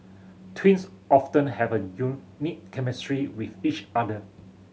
twins often have a unique chemistry with each other